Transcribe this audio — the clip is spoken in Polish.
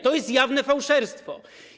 To jest jawne fałszerstwo.